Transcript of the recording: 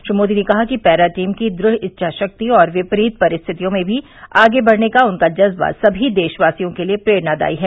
श्री मोदी ने कहा कि पैरा टीम की दृढ इच्छा शक्ति और विपरीत परिस्थितियों में भी आगे बढ़ने का उनका जज्बा सभी देशवासियों के लिए प्रेरणादायी है